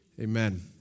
Amen